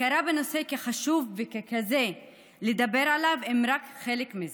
האי-הכרה בנושא כחשוב וככזה שיש לדבר עליו היא רק חלק מזה.